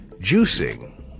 Juicing